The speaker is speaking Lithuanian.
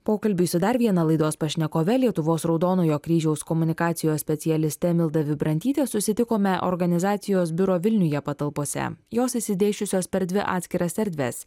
pokalbiui su dar viena laidos pašnekove lietuvos raudonojo kryžiaus komunikacijos specialiste milda vibrantyte susitikome organizacijos biuro vilniuje patalpose jos išsidėsčiusios per dvi atskiras erdves